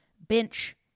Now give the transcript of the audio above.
bench